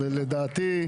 ולדעתי,